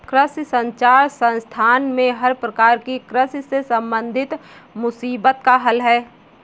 कृषि संचार संस्थान में हर प्रकार की कृषि से संबंधित मुसीबत का हल है